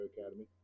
Academy